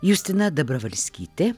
justina dabravalskytė